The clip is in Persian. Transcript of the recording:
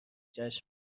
جشن